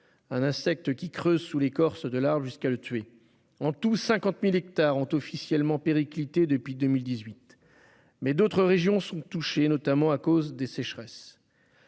un insecte qui creuse sous l'écorce de l'arbre jusqu'à le tuer. Au total, 50 000 hectares ont officiellement périclité depuis 2018, et d'autres régions sont également touchées en raison des sécheresses.